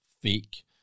fake